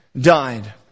died